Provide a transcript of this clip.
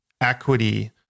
equity